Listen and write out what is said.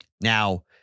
Now